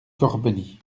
corbeny